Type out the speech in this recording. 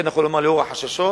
יותר נכון לומר לנוכח החששות